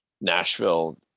nashville